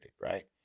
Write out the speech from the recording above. right